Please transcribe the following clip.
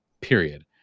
period